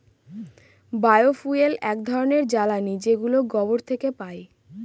বায় fuel এক ধরনের জ্বালানী যেগুলো গোবর থেকে পাই